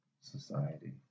society